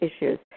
issues